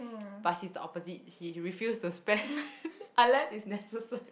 but she's the opposite she refuse to spend unless it's necessary